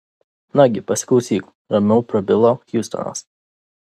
nagi pasiklausyk ramiau prabilo hjustonas